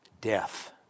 death